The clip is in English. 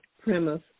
premise